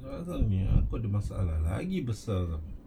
kau tahu punya kau ada masalah lagi besar